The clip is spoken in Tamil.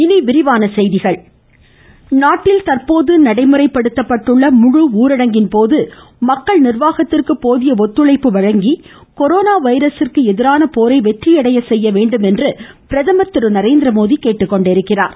இனிடவிரிவானடசெய்கிகள் பிரகம் நாட்டில் தற்போது நடைமுறைப்படுத்தப்பட்டுள்ள முழு ஊரடங்கின்போது மக்கள் நிர்வாகத்திற்கு போதிய ஒத்துழைப்பு அளித்து கொரோனா வைரஸ்க்கு எதிரான போரை வெற்றியடைய வேண்டுமென்று பிரதமர் திரு நரேந்திரமோடி கேட்டுக்கொண்டுள்ளார்